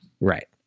Right